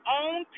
own